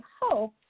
hope